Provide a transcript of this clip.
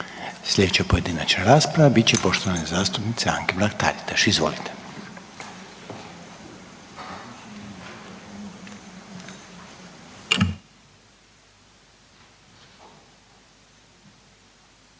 Sljedeća pojedinačna rasprava biti će poštovane zastupnice Anke Mrak Taritaš. Izvolite.